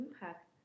impact